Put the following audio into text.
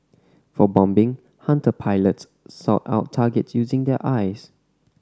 for bombing Hunter pilots sought out targets using their eyes